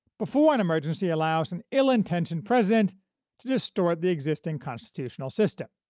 before an emergency allows an ill-intentioned president to distort the existing constitutional system.